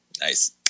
Nice